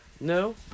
No